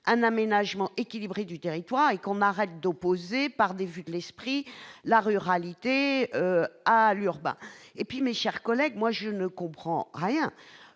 un aménagement équilibré du territoire. Cessons d'opposer par des vues de l'esprit la ruralité à l'urbain ! Mes chers collègues, moi je ne comprends rien.